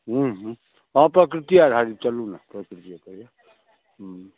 हुँ हुँ हाँ प्रकृति आधारित चलू ने हुँ